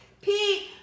Pete